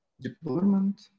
deployment